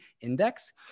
index